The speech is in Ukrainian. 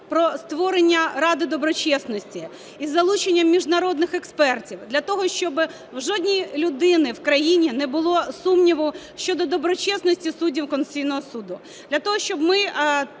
про створення ради доброчесності із залученням міжнародних експертів для того, щоб у жодної людини в країні не було сумніву щодо доброчесності суддів Конституційного Суду, для того, щоб ми